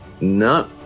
No